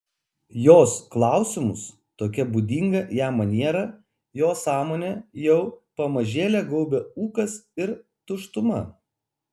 jos klausimus tokia būdinga jam maniera jo sąmonę jau pamažėle gaubė ūkas ir tuštuma